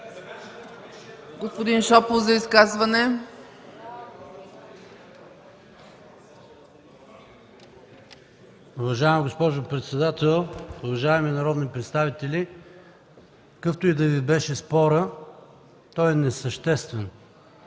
господин Шопов. ПАВЕЛ ШОПОВ (Атака): Уважаема госпожо председател, уважаеми народни представители! Какъвто и да Ви беше спорът, той е несъществен.